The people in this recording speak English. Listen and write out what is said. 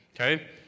Okay